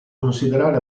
considerare